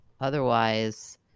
otherwise